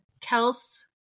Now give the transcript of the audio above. Kels